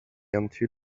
until